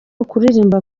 ukuririmba